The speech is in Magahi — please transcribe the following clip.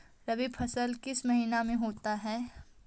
रवि फसल किस माह में होते हैं?